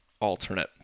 alternate